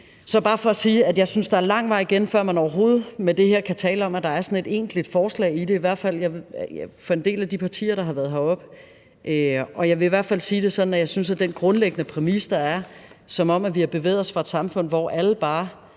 er bare for at sige, at jeg synes, der er lang vej igen, før man overhovedet med det her kan tale om, at der er et egentligt forslag i det, i hvert fald for en del af de partier, der har været heroppe. Jeg vil i hvert fald sige det sådan, at jeg synes, at den grundlæggende præmis, der er, om, at vi har bevæget os fra et samfund, hvor alle bare